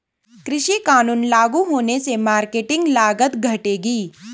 कृषि कानून लागू होने से मार्केटिंग लागत घटेगी